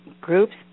groups